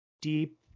deep